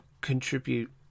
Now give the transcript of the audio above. contribute